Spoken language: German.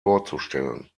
vorzustellen